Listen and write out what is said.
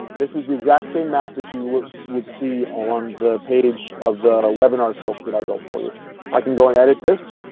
this is the exact same map that you would see along the page of the webinar silk that i built for you. i can go and edit this.